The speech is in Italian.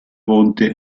fonte